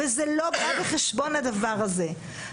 וזה לא בא בחשבון, הדבר הזה.